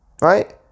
right